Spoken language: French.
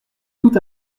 tout